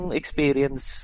experience